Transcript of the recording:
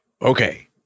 Okay